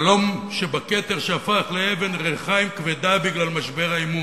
יהלום שבכתר שהפך לאבן רחיים כבדה בגלל משבר האמון.